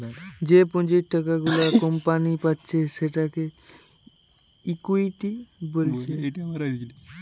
যে পুঁজির টাকা গুলা কোম্পানি পাচ্ছে সেটাকে ইকুইটি বলছে